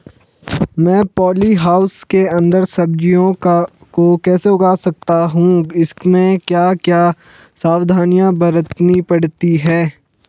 मैं poly house के अन्दर सब्जियों को कैसे उगा सकता हूँ इसमें क्या क्या सावधानियाँ बरतनी पड़ती है?